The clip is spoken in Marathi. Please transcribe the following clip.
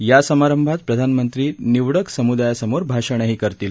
या समारंभात प्रधानमंत्री निवडक समुदायासमोर भाषणही करतील